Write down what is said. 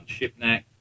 Shipnack